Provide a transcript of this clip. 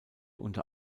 unter